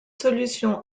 solution